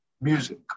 music